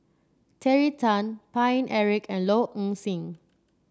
Terry Tan Paine Eric and Low Ing Sing